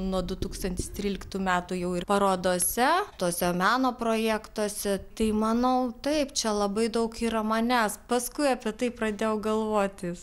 nuo du tūkstantis tryliktų metų jau ir parodose tose meno projektuose tai manau taip čia labai daug yra manęs paskui apie tai pradėjau galvotis